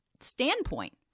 Standpoint